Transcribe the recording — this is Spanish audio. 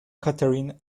catherine